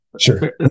Sure